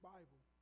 Bible